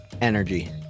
Energy